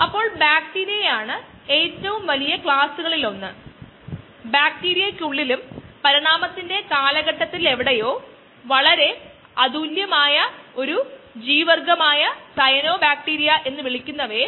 1 by mu ln of x by x naught t naught എന്നത് പൂജ്യം ആയി എടുക്കാൻ കഴിയുമെങ്കിൽ അതു പ്ലസ് t naught അതാണ് ലാഗ് ഫേസിൽ ബാച്ച് ചിലവഴിക്കുന്ന സമയം